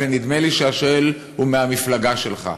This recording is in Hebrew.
ונדמה לי שהשואל הוא מהמפלגה שלך.